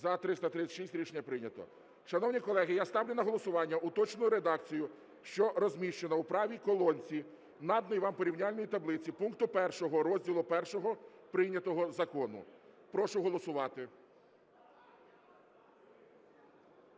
За-336 Рішення прийнято. Шановні колеги, я ставлю на голосування уточнену редакцію, що розміщена у правій колонці наданої вам порівняльної таблиці, пункту 1 розділу І прийнятого закону. Прошу голосувати.